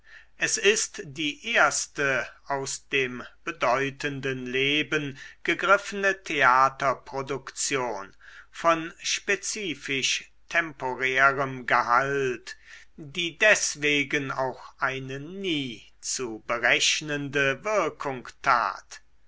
es ist die erste aus dem bedeutenden leben gegriffene theaterproduktion von spezifisch temporärem gehalt die deswegen auch eine nie zu berechnende wirkung tat